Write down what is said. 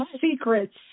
secrets